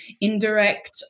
indirect